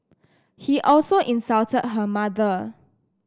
he also insulted her mother